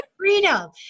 Freedom